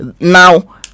Now